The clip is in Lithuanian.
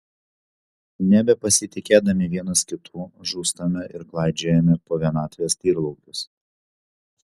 nebepasitikėdami vienas kitu žūstame ir klaidžiojame po vienatvės tyrlaukius